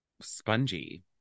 spongy